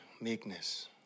meekness